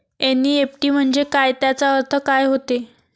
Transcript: NEFT म्हंजे काय, त्याचा अर्थ काय होते?